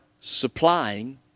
supplying